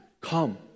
come